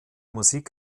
musik